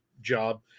job